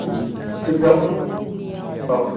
क्रिस'क औ